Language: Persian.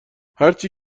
هرچی